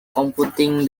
computing